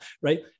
right